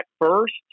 first